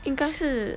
应该是